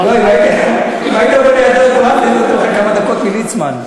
לא, כמה דקות מליצמן.